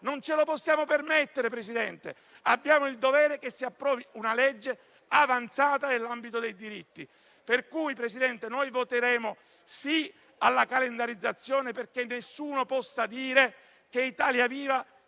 non ce lo possiamo permettere. Abbiamo il dovere di approvare una legge avanzata nell'ambito dei diritti. Presidente, noi voteremo a favore della calendarizzazione perché nessuno possa dire che Italia Viva